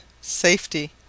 safety